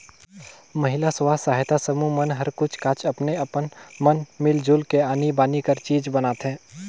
महिला स्व सहायता समूह मन हर कुछ काछ अपने अपन मन मिल जुल के आनी बानी कर चीज बनाथे